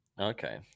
Okay